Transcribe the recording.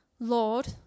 Lord